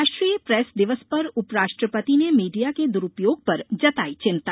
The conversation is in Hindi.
राष्ट्रीय प्रेस दिवस पर उपराष्ट्रपति ने मीडिया के द्रूपयोग पर जताई चिंता